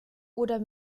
oder